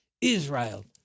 Israel